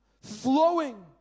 flowing